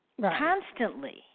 constantly